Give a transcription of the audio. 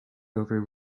over